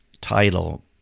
title